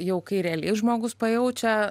jau kai realiai žmogus pajaučia